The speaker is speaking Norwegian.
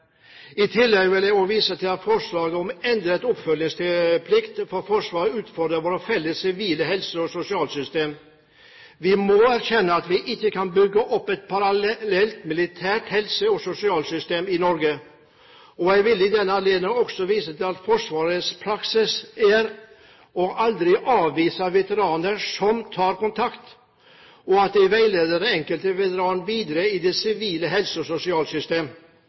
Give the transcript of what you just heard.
jeg også vise til at forslaget om endret oppfølgingsplikt for Forsvaret utfordrer vårt felles sivile helse- og sosialsystem. Vi må erkjenne at vi ikke kan bygge opp et parallelt militært helse- og sosialsystem i Norge. Jeg vil i den anledning også vise til at Forsvarets praksis er å aldri avvise veteraner som tar kontakt, og at de veileder den enkelte veteran videre i det sivile helse- og